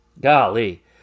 golly